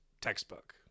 textbook